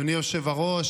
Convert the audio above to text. אדוני היושב-ראש,